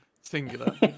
Singular